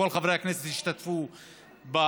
כל חברי הכנסת השתתפו בוועדה.